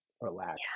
relax